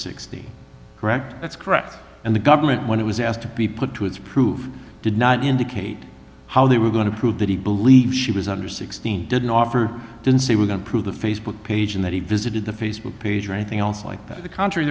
sixty correct that's correct and the government when it was asked to be put to its proof did not indicate how they were going to prove that he believed she was under sixteen didn't offer didn't say we're going to prove the facebook page and that he visited the facebook page or anything else like that of the country